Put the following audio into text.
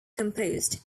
composed